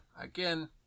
again